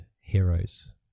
heroes